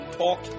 talk